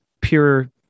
pure